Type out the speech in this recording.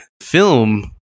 film